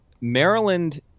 Maryland